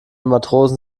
matrosen